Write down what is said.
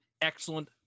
excellent